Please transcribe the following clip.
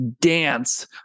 Dance